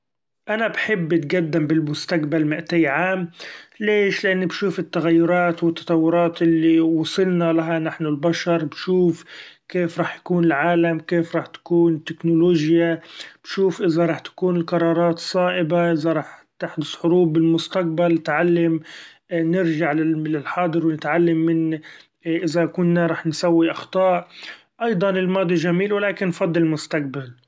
أنا بحب أتقدم بالمستقبل مائتي عام ليش؟ لإني بشوف التغيرات والتطورات اللي وصلنا لها نحن البشر، بشوف كيف راح يكون العالم؟ كيف راح تكون التكنولوجيا؟ شوف إذا راح تكون القرارات صائبة؟ إذا راح تحدث حروب بالمستقبل؟ اتعلم نرچع للحاضر ونتعلم من إذا كنا راح نسوي اخطاء أيضا الماضي چميل ولكن افضل المستقبل.